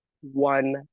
one